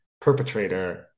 perpetrator